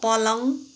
पलङ